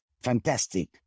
fantastic